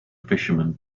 fisherman